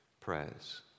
prayers